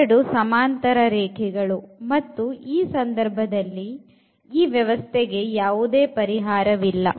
ಅವೆರಡು ಸಮಾಂತರ ರೇಖೆಗಳು ಮತ್ತು ಈ ಸಂದರ್ಭದಲ್ಲಿ ಈ ವ್ಯವಸ್ಥೆಗೆ ಯಾವುದೇ ಪರಿಹಾರವಿಲ್ಲ